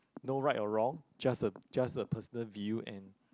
no right or wrong just a just a personal view and